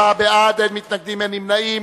24 בעד, אין מתנגדים, אין נמנעים.